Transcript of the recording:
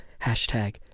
hashtag